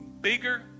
bigger